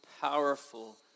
powerful